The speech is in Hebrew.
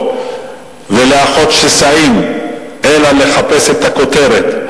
ולאחות שסעים אלא לחפש את הכותרת,